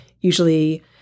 usually